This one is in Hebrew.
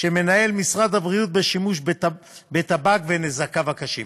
שמנהל משרד הבריאות בשימוש בטבק ובנזקיו הקשים.